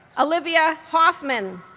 olivia hoffman,